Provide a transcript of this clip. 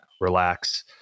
relax